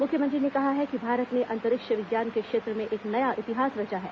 मुख्यमंत्री ने कहा है कि भारत ने अंतरिक्ष विज्ञान के क्षेत्र में एक नया इतिहास रचा है